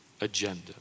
agenda